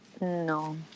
No